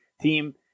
team